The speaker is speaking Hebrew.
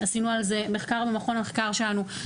עשינו על זה מחקר במכון המחקר שלנו,